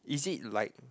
is it like